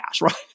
right